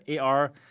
AR